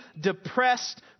depressed